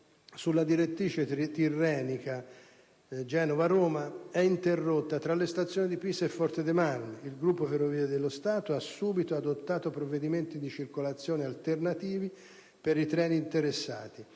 sulla direttrice tirrenica Genova-Roma è interrotta tra le stazioni di Pisa e Forte dei Marmi. Il Gruppo FS ha subito adottato provvedimenti di circolazione alternativi per i treni interessati.